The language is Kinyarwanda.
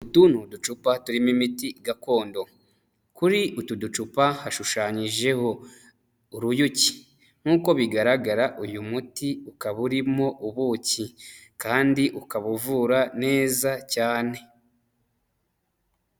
Utu ni uducupa turimo imiti gakondo, kuri utu ducupa hashushanyijeho uruyuki, nk'uko bigaragara uyu muti ukaba urimo ubuki kandi ukaba uvura neza cyane.